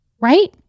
right